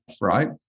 right